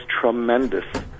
tremendous